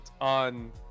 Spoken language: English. on